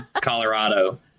Colorado